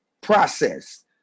process